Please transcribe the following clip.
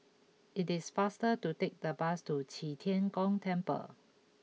it is faster to take the bus to Qi Tian Gong Temple